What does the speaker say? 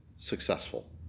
successful